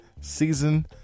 season